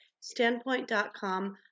standpoint.com